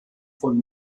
von